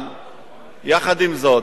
אבל יחד עם זאת,